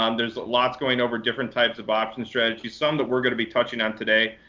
um there's lots going over different types of options strategies, some that we're going to be touching on today.